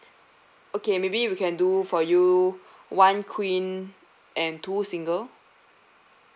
okay maybe we can do for you one queen and two single